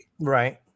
Right